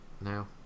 now